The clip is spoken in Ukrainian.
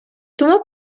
тому